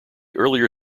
earlier